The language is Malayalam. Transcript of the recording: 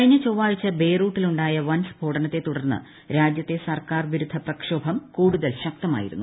കഴിഞ്ഞ ചൊവ്വാഴ്ച ബെയ്റൂട്ടിലുണ്ടായ വൻ സ്ഫോടനത്തെ ിരുടർന്ന് രാജ്യത്ത് സർക്കാർ വിരുദ്ധ പ്രക്ഷോഭം കൂടുതൽ ൃശ്ക്ത്മായിരുന്നു